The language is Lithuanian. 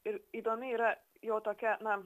ir įdomi yra jo tokia na